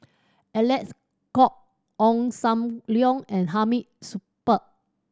Alec Kuok Ong Sam Leong and Hamid Supaat